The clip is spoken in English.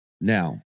Now